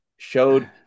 showed